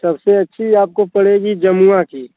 सबसे अच्छी आपको पड़ेगी जमुआ की